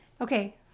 Okay